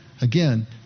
Again